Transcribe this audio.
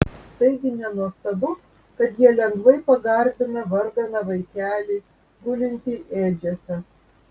taigi nenuostabu kad jie lengvai pagarbina varganą vaikelį gulintį ėdžiose